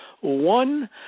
one